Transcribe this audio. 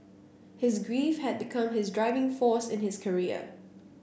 his grief had become his driving force in his career